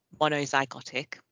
monozygotic